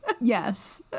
Yes